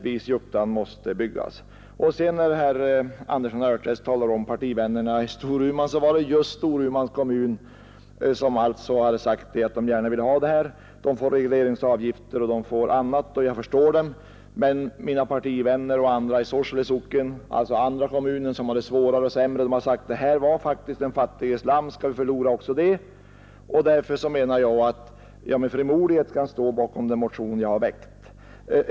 Herr Andersson i Örträsk talar om mina partivänner i Storuman, och det bör observeras att det var just Storumans kommun som sagt att — Statens vattenfallsman gärna ville ha detta. Man vill gärna ha regleringsavgifter etc., och det = Ye” k: Kraftstationer m.m. förstår jag. Men mina partivänner och andra i Sorsele socken, alltså den andra kommunen som har det svårare och sämre, har sagt att detta faktiskt var den fattiges lamm; skall vi förlora också det? Därför menar jag att jag med frimodighet kan stå bakom den motion jag har väckt.